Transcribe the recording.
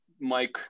Mike